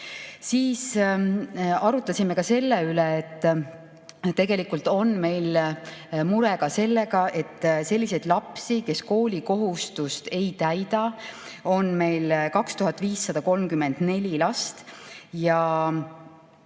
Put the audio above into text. järjekorras. Arutasime ka selle üle, et tegelikult on meil mure sellega, et selliseid lapsi, kes koolikohustust ei täida, on meil 2534 ja